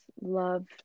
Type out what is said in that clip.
love